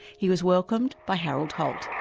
he was welcomed by harold holt.